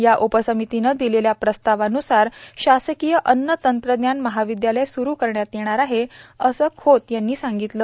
या उपसमितीने दिलेल्या प्रस्तावान्सार शासकीय अन्न तंत्रज्ञान महाविद्यालय स्रु करण्यात येणार आहे असं खोत यांनी सांगितलं